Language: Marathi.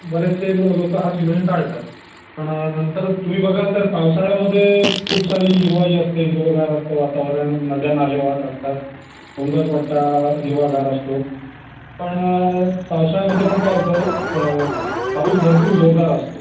बरेचसे लो लोकं हा सीजन टाळतात पण नंतर तुम्ही बघाल तर पावसाळ्यामध्ये खूप सारी हिरवाई असते हिरवंगार असतं वातावरण नद्या नाले वाहत असतात डोंगरपट्टा हिरवागार असतो पण पावसाळ्यामध्ये पण काय होतं पाऊस भरपूर जोरदार असतो